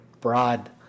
broad